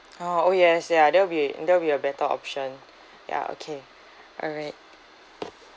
ah oh yes ya that will be that will be a better option ya okay alright